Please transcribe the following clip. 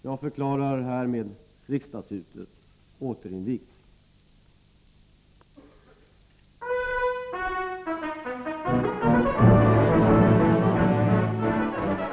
Jag förklarar härmed riksdagshuset återinvigt. Herr talman, ärade ledamöter!